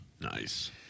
nice